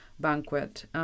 banquet